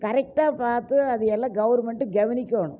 கரெக்டாக பார்த்து அது எல்லாம் கவர்மெண்ட்டு கவனிக்கணும்